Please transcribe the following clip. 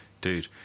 dude